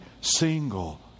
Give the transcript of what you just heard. single